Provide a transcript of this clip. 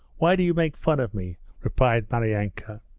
why do you make fun of me replied maryanka,